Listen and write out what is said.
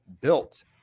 built